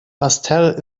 basseterre